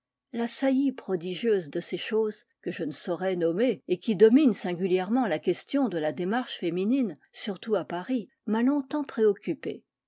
la saillie prodigieuse de ces choses que je ne saurais nommer et qui dominent singulièrement la question de la démarche féminine surtout à paris m'a longtemps préoccupé